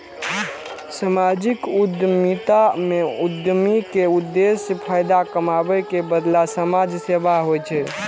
सामाजिक उद्यमिता मे उद्यमी के उद्देश्य फायदा कमाबै के बदला समाज सेवा होइ छै